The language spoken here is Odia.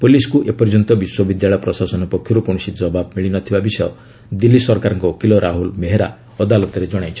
ପୁଲିସ୍କୁ ଏପର୍ଯ୍ୟନ୍ତ ବିଶ୍ୱବିଦ୍ୟାଳୟ ପ୍ରଶାସନ ପକ୍ଷରୁ କୌଣସି ଜବାବ୍ ମିଳି ନ ଥିବା ବିଷୟ ଦିଲ୍ଲୀ ସରକାରଙ୍କ ଓକିଲ ରାହୁଲ୍ ମେହେରା ଅଦାଲତରେ ଜଣାଇଛନ୍ତି